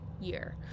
year